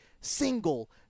single